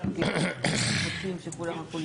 אופיר, אנחנו פה לא